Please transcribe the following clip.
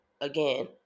again